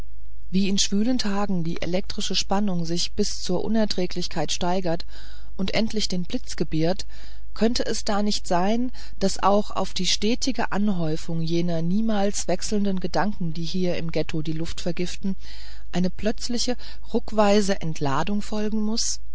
wie in schwülen tagen die elektrische spannung sich bis zur unerträglichkeit steigert und endlich den blitz gebiert könnte es da nicht sein daß auch auf die stetige anhäufung jener niemals wechselnden gedanken die hier im ghetto die luft vergiften eine plötzliche ruckweise entladung folgen muß